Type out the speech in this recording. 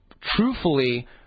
truthfully